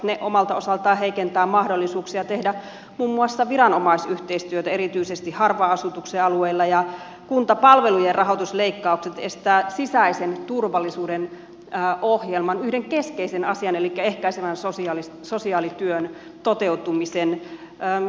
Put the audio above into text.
ne omalta osaltaan heikentävät mahdollisuuksia tehdä muun muassa viranomaisyhteistyötä erityisesti harvan asutuksen alueilla ja kuntapalvelujen rahoitusleikkaukset estävät sisäisen turvallisuuden ohjelman yhden keskeisen asian elikkä ehkäisevän sosiaalityön toteutumisen